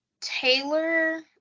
taylor